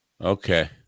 Okay